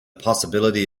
possibility